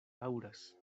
daŭras